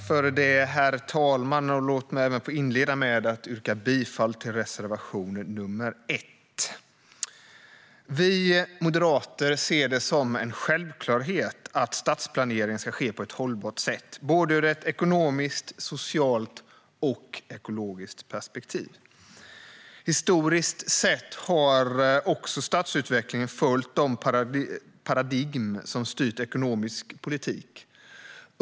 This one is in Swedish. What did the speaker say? Herr talman! Låt mig inleda med att yrka bifall till reservation 1. Vi moderater ser det som en självklarhet att stadsplanering ska ske på ett hållbart sätt, både ur ett ekonomiskt, socialt och ekologiskt perspektiv. Historiskt sett har stadsutvecklingen följt de paradigm som har styrt ekonomisk politik.